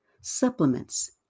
supplements